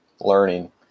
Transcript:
learning